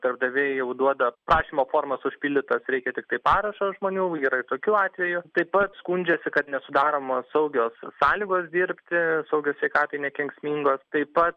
darbdaviai jau duoda prašymo formas užpildytas reikia tiktai parašo žmonių yra ir tokių atvejų taip pat skundžiasi kad nesudaromos saugios sąlygos dirbti saugios sveikatai nekenksmingos taip pat